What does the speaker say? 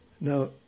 Now